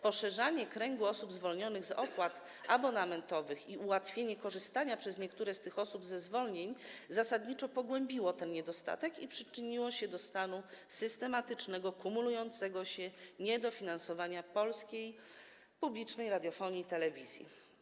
Poszerzanie kręgu osób zwolnionych z opłat abonamentowych i ułatwienie korzystania przez niektóre z tych osób ze zwolnień zasadniczo pogłębiło ten niedostatek i przyczyniło się do stanu systematycznego, kumulującego się niedofinansowania polskiej publicznej radiofonii i telewizji.